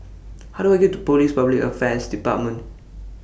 How Do I get to Police Public Affairs department